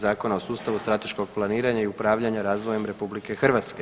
Zakona o sustavu strateškog planiranja i upravljanja razvojem RH.